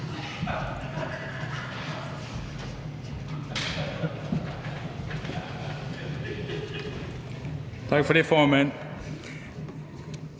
Tak for det. Dermed